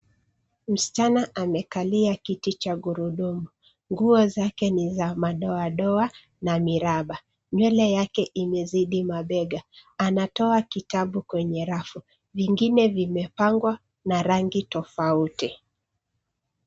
Msichana amekalia kiti cha gurudumu nguo zake ni za madoadoa na miraba . Nywele yake imezidi mabega anatoa kitabu kwenye rafu vingine vimepangwa na rangi tofauti.